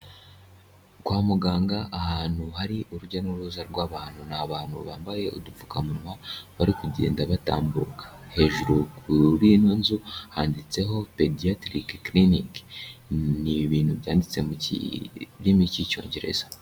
Kwa muganga ahantu hari urujya n'uruza rw'abantu, ni abantu bambaye udupfukamunwa bari kugenda batambuka, hejuru kuri ino nzu handitseho pediatiriki kiliniki, ni ibintu byanditse mu kirimi cy'Icyongereza.